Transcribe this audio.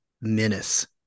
menace